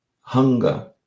hunger